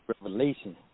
revelation